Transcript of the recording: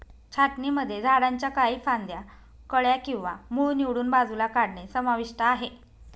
छाटणीमध्ये झाडांच्या काही फांद्या, कळ्या किंवा मूळ निवडून बाजूला काढणे समाविष्ट आहे